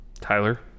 Tyler